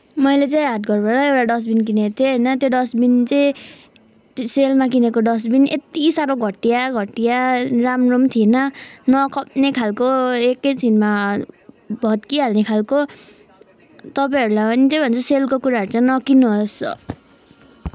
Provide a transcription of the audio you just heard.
मैले चाहिँ हाटघरबाट एउटा डस्टबिन किनेको थिएँ होइन त्यो डस्टबिन चाहिँ त्यो सेलमा किनेको डस्टबिन यति सााह्रो घटिया घटिया राम्रो पनि थिएन नखप्ने खालको एकै छिनमा भत्किहाल्ने खालको तपाईँहरूलाई पनि त्यही भन्छु सेलको कुराहरू चाहिँ नकिन्नुहोस्